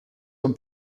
vom